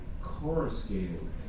coruscating